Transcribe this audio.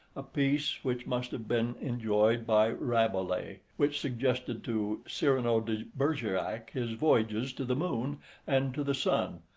a piece which must have been enjoyed by rabelais, which suggested to cyrano de bergerac his voyages to the moon and to the sun,